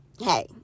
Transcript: Hey